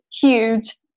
huge